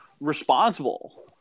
responsible